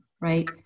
right